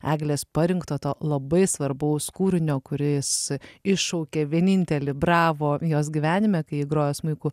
eglės parinkto to labai svarbaus kūrinio kuris iššaukė vienintelį bravo jos gyvenime kai ji grojo smuiku